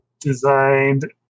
designed